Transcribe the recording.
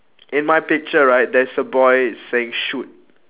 in my picture right there's a boy saying shoot